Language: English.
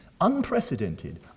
unprecedented